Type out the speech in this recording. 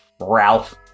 Ralph